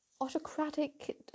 autocratic